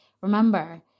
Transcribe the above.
Remember